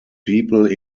people